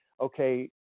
okay